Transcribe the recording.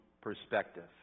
perspective